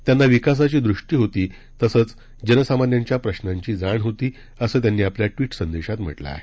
त्यांना विकासाची दृष्टी होती तसंच जनसामान्यांच्या प्रश्नाची जाण होती असं त्यांनी आपल्या ट्वीट संदेशात म्हटलं आहे